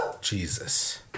Jesus